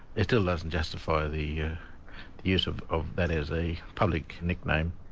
it still doesn't justify the use of of that as a public nickname.